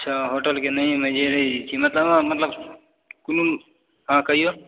अच्छा होटल के मतलब हँ मतलब हँ कहिऔ